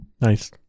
Nice